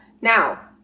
Now